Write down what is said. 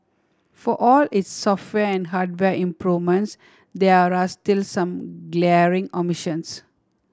for all its software and hardware improvements there are still some glaring omissions